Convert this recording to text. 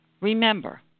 Remember